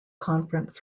conference